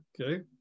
Okay